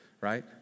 right